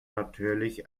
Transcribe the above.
natürlich